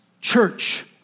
church